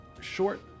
short